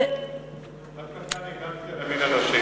דווקא כאן הקלתי על המין הנשי.